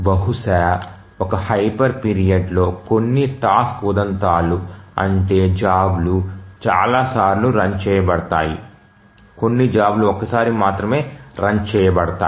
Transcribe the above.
బహుశా ఒక హైపర్ పీరియడ్లో కొన్ని టాస్క్ ఉదంతాలు అంటే జాబ్ లు చాలా సార్లు రన్ చేయబడతాయి కొన్ని జాబ్ లు ఒక్కసారి మాత్రమే రన్ చేయబడతాయి